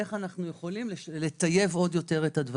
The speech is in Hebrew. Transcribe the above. איך יכולים עוד לשפר ולטייב את הדברים.